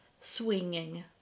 swinging